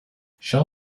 shell